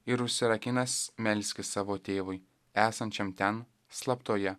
ir užsirakinęs melskis savo tėvui esančiam ten slaptoje